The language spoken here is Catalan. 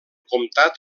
comtat